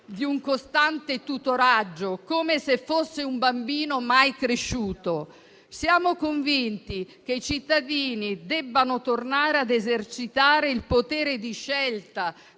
di un costante tutoraggio, come se fosse un bambino mai cresciuto. Siamo convinti che i cittadini debbano tornare a esercitare il potere di scelta